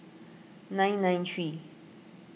nine nine three